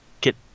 get